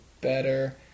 better